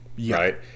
right